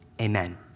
Amen